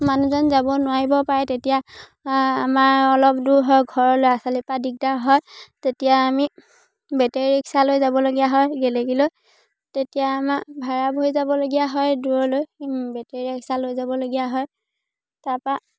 মানুহজন যাব নোৱাৰিব পাৰে তেতিয়া আমাৰ অলপ দূৰ হয় ঘৰৰ ল'ৰা ছোৱালী পা দিগদাৰ হয় তেতিয়া আমি বেটেৰী ৰিক্সা লৈ যাবলগীয়া হয় গেলেকীলৈ তেতিয়া আমা ভাড়া ভৰি যাবলগীয়া হয় দূৰলৈ বেটেৰী ৰিক্সা লৈ যাবলগীয়া হয় তাৰপা